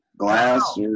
Glass